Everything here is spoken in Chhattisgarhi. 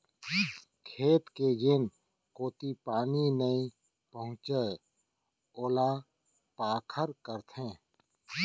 खेत के जेन कोती पानी नइ पहुँचय ओला पखार कथें